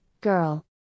girl